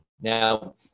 Now